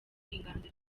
inganzo